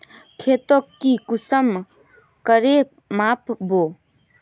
खेतोक ती कुंसम करे माप बो?